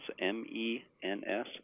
M-E-N-S